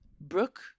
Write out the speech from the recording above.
Brooke